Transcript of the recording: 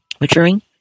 maturing